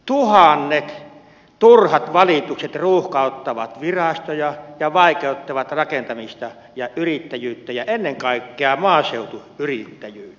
tuhannet turhat valitukset ruuhkauttavat virastoja ja vaikeuttavat rakentamista ja yrittäjyyttä ja ennen kaikkea maaseutuyrittäjyyttä